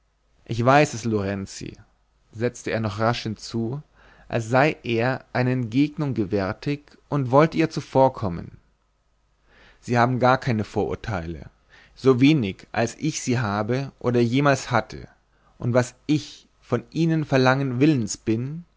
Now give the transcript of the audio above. ich weiß es lorenzi setzte er rasch hinzu als sei er einer entgegnung gewärtig und wollte ihr zuvorkommen sie haben gar keine vorurteile so wenig als ich sie habe oder jemals hatte und was ich von ihnen zu verlangen willens bin